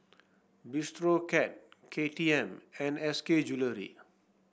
Bistro Cat K T M and S K Jewellery